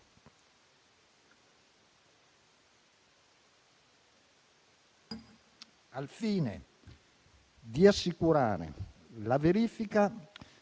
al fine di assicurare la verifica